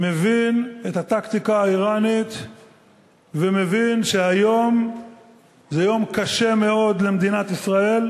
מבין את הטקטיקה האיראנית ומבין שהיום זה יום קשה מאוד למדינת ישראל,